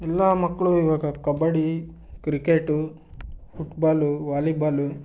ಎಲ್ಲ ಮಕ್ಕಳು ಇವಾಗ ಕಬಡ್ಡಿ ಕ್ರಿಕೆಟು ಫುಟ್ಬಾಲು ವಾಲಿಬಾಲು